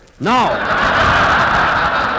No